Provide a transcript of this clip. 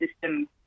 system